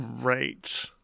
right